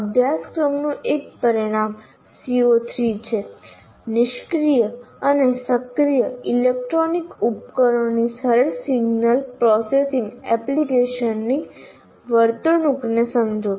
અભ્યાસક્રમનું એક પરિણામ CO3 છે નિષ્ક્રિય અને સક્રિય ઇલેક્ટ્રોનિક ઉપકરણોની સરળ સિગ્નલ પ્રોસેસિંગ એપ્લિકેશન્સની વર્તણૂકને સમજો